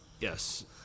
Yes